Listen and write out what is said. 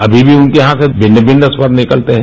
अभी भी उनके यहां से भिन्न भिन्न स्वर निकलते है